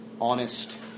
honest